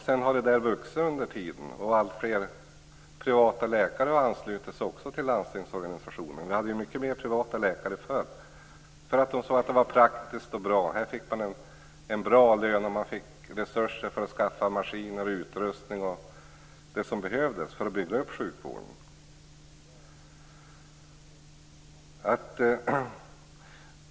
Sedan har verksamheten vuxit under tiden. Alltfler privata läkare har också anslutit sig till landstingsorganisationen. Det fanns många fler privata läkare förr. De anslöt sig därför att de såg att det var praktiskt och bra. De fick en bra lön, de fick resurser för att skaffa maskiner och utrustning och det som behövdes för att bygga upp sjukvården.